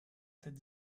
cette